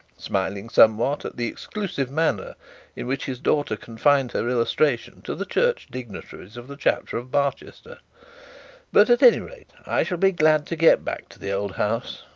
smiling somewhat at the exclusive manner in which his daughter confined her illustration to the church dignitaries of the chapter of barchester but at any rate, i shall be glad to get back to the old house.